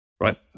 right